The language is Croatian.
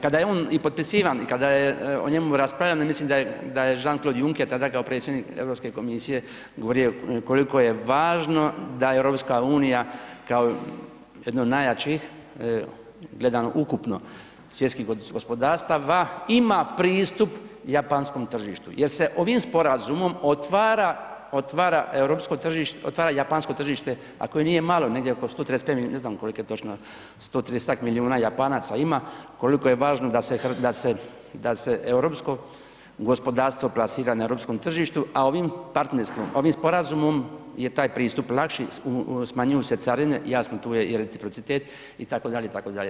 Kada je on i potpisivan i kada je o njemu raspravljano mislim da je Jean Claude Juncker tada kao predsjednik Europske komisije govorio koliko je važno da EU kao jedna od najjačih, gledano ukupno svjetskih gospodarstava ima pristup japanskom tržištu jer se ovim sporazumom otvara europsko tržište, japansko tržište, a koje nije malo, negdje oko 135 ne znam koliko je točno, 130-tak milijuna Japanaca ima, koliko je važno da se europsko gospodarstvo plasira na europskom tržištu, a ovim partnerstvom, ovim sporazumom je taj pristup lakši, smanjuju se carine, jasno tu je i reciprocitet itd., itd.